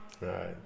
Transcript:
right